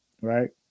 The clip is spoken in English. Right